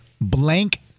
Blank